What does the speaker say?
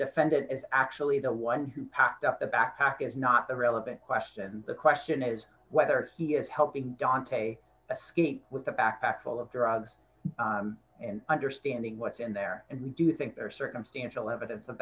defendant is actually the one who packed up the backpack is not the relevant question the question is whether he is helping dante a skeet with a backpack full of drugs and understanding what's in there and we do think there circumstantial evidence of